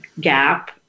gap